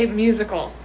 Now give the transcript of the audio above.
musical